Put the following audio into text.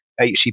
HCP